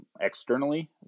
externally